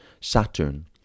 Saturn